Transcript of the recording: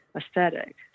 Aesthetic